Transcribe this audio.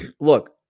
look